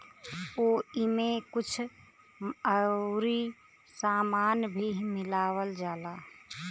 ओइमे कुछ अउरी सामान भी मिलावल जाला